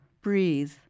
breathe